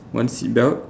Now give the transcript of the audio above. one seat belt